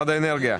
מס'